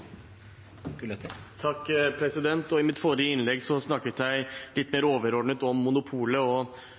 I mitt forrige innlegg snakket jeg litt mer overordnet om monopolet og